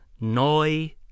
noi